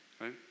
right